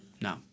No